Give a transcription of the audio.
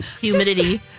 Humidity